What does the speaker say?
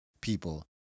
people